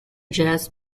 jazz